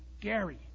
Gary